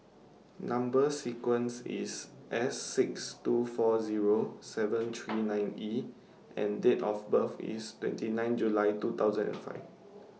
Number sequence IS S six two four Zero seven three nine E and Date of birth IS twenty nine July two thousand and five